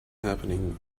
happening